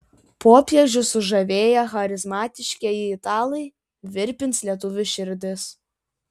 popiežių sužavėję charizmatiškieji italai virpins lietuvių širdis